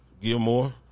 Gilmore